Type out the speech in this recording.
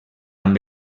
amb